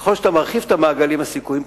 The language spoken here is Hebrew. ככל שמרחיבים את המעגלים, הסיכויים פחותים.